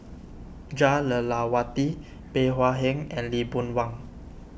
Jah Lelawati Bey Hua Heng and Lee Boon Wang